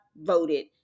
voted